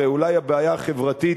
הרי אולי הבעיה החברתית